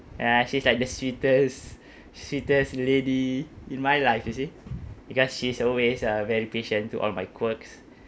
ya she's like the sweetest sweetest lady in my life you see because she's always uh very patient to all my quirks